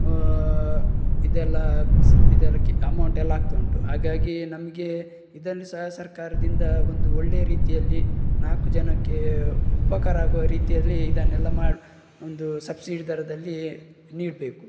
ಇದೆಲ್ಲ ಸ ಇದೆಲ್ಲ ಕಿ ಅಮೌಂಟ್ ಎಲ್ಲ ಆಗ್ತಾ ಉಂಟು ಹಾಗಾಗಿ ನಮಗೆ ಇದರಲ್ಲಿ ಸಹ ಸರ್ಕಾರದಿಂದ ಒಂದು ಒಳ್ಳೆಯ ರೀತಿಯಲ್ಲಿ ನಾಲ್ಕು ಜನಕ್ಕೆ ಉಪಕಾರ ಆಗುವ ರೀತಿಯಲ್ಲಿ ಇದನ್ನೆಲ್ಲ ಮಾಡಿ ಒಂದು ಸಬ್ಸಿಡಿ ದರದಲ್ಲಿ ನೀಡಬೇಕು